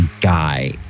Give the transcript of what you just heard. guy